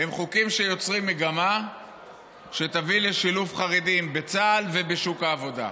הם חוקים שיוצרים מגמה שתביא לשילוב חרדים בצה"ל ובשוק העבודה.